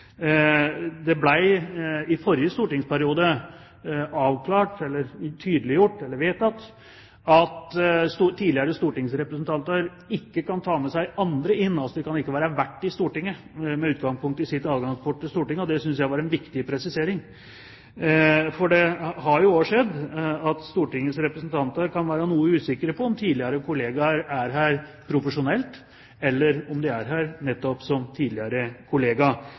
Det ble i forrige stortingsperiode avklart, eller vedtatt, at tidligere stortingsrepresentanter ikke kan ta med seg andre inn. Man kan altså ikke være vert i Stortinget med utgangspunkt i sitt adgangskort til Stortinget. Det synes jeg var en viktig presisering, for det har jo også skjedd at Stortingets representanter kan være noe usikre på om tidligere kolleger er her profesjonelt, eller om de er her nettopp som tidligere